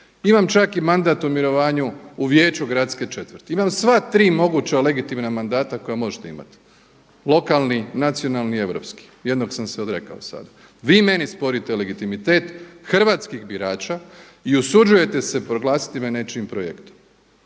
Imam čak i mandat u mirovanju u Vijeću gradske četvrti, imam sva tri moguća legitimna mandata koja možete imati lokalni, nacionalni i europski, jednog sam se odrekao sada. Vi meni sporite legitimitet hrvatskih birača i usuđujete se proglasiti me nečijim projektom.